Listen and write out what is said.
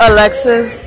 Alexis